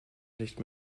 nicht